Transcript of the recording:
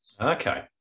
Okay